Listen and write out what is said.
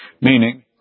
Meaning